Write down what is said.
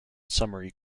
summary